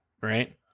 right